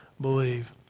believe